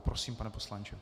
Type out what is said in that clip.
Prosím, pane poslanče.